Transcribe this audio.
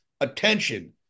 attention